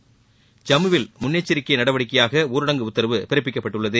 ஐம்முவில் முன்னெச்சரிக்கை நடவடிக்கையாக ஊரடங்கு உத்தரவு பிறப்பிக்கப்பட்டுள்ளது